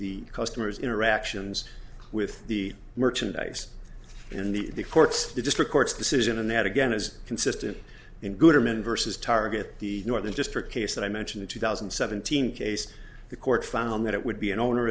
the customer's interactions with the merchandise in the courts the district court's decision and that again is consistent in goodman vs target the northern district case that i mentioned in two thousand and seventeen case the court found that it would be an oner